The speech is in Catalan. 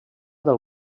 del